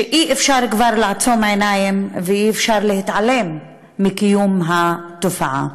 שאי-אפשר כבר לעצום עיניים ואי-אפשר להתעלם מקיום התופעה.